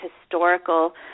historical